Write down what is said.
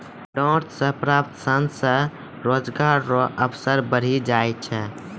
डांट से प्राप्त सन से रोजगार रो अवसर बढ़ी जाय छै